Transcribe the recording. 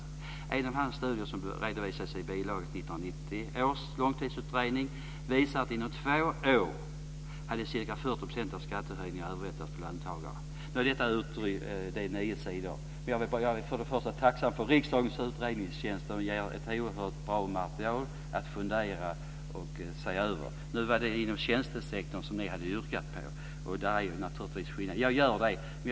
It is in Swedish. En av hans studier, som redovisas i bilaga till 1990 års långtidsutredning, visar att ca 40 % av skattehöjningarna hade övervältrats på löntagarna inom två år. Detta var ett utdrag. Materialet är nio sidor. Jag är tacksam för riksdagens utredningstjänst. Den ger ett oerhört bra material att fundera kring och se över. Ni har yrkat på förändringar inom tjänstesektorn. Det är naturligtvis en skillnad.